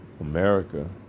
America